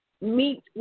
meet